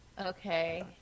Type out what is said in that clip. okay